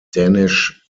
danish